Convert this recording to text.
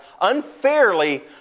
unfairly